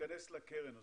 שייכנס לקרן הזו.